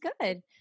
good